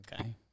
Okay